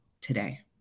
today